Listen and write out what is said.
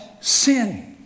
sin